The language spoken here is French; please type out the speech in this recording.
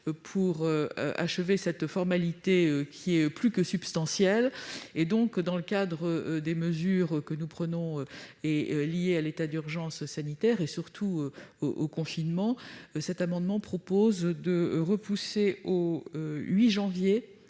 pour achever cette formalité qui est plus que substantielle. Par conséquent, dans le cadre des mesures liées à l'état d'urgence sanitaire et, surtout, au confinement, cet amendement vise à repousser au 8 janvier